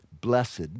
Blessed